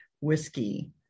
whiskey